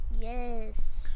yes